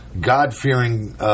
God-fearing